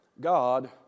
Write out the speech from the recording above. God